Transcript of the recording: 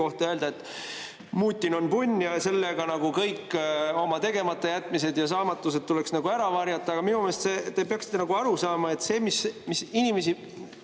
kohta öelda, et Mutin on punn, ja sellega kõik oma tegematajätmised ja saamatused nagu ära varjata, aga minu meelest te peaksite aru saama, et see, mis inimesi